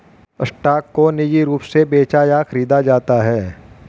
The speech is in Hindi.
स्टॉक को निजी रूप से बेचा या खरीदा जाता है